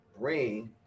bring